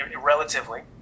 relatively